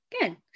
Good